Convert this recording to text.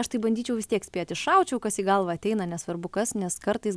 aš taip bandyčiau vis tiek spėti šaučiau kas į galvą ateina nesvarbu kas nes kartais